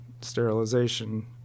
sterilization